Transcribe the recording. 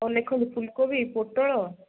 ହଉ ଲେଖନ୍ତୁ ଫୁଲକୋବି ପୋଟଳ